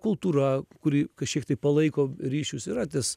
kultūra kuri kažkiek tai palaiko ryšius yra tas